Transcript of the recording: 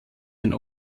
den